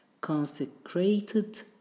consecrated